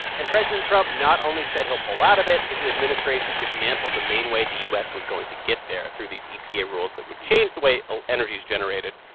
and president trump not only said he'll pull out of it his administration dismantled the main way the u s. was going to get there, through these epa rules that would change the way ah energy is generated.